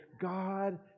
God